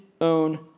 own